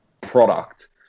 product